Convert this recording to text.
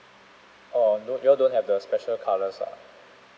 oh don't you all don't have the special colours ah